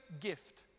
gift